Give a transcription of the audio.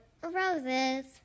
roses